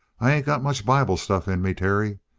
i ain't got much bible stuff in me, terry.